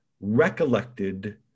recollected